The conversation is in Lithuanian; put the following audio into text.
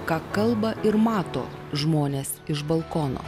ką kalba ir mato žmonės iš balkono